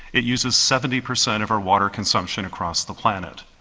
it uses seventy percent of our water consumption across the planet.